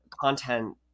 content